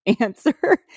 answer